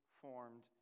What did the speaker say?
formed